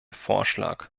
vorschlag